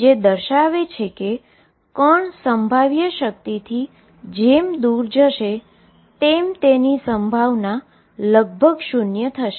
જે દર્શાવે છે કે પાર્ટીકલ પોટેંશિઅલથી જેમ દુર જશે તેમ તેની પ્રોબેબીલીટી લગભગ શુન્ય થશે